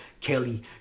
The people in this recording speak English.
Kelly